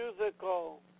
musical